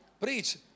Preach